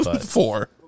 Four